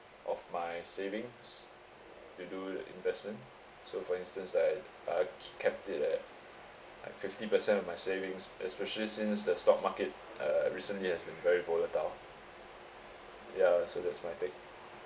of my savings to do the investment so for instance that I I k~ capped it at like fifty percent of my savings especially since the stock market uh recently has been very volatile yeah so that's my take